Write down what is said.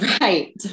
Right